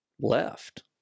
left